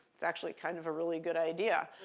that's actually kind of a really good idea.